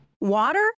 Water